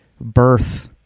birth